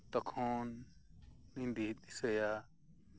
ᱛᱚᱷᱚᱱᱤᱧ ᱫᱤᱥᱟᱹᱭᱟ